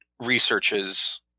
researches